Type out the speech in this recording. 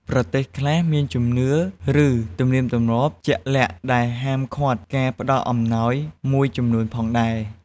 ប្រទេសខ្លះមានជំនឿ ឬទំនៀមទម្លាប់ជាក់លាក់ដែលហាមឃាត់ការផ្តល់អំណោយមួយចំនួនផងដែរ។